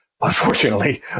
unfortunately